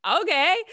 okay